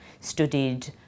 studied